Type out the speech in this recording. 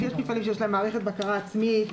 יש מפעלים שיש להם מערכת בקרה עצמית.